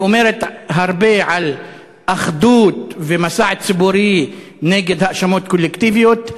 היא אומרת הרבה על אחדות ומסע ציבורי נגד האשמות קולקטיביות.